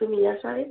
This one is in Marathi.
तुम्ही या शाळेत